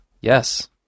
Yes